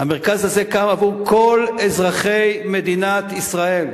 המרכז הזה קם בעבור כל אזרחי מדינת ישראל,